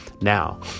Now